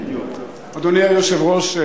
אדוני היושב-ראש,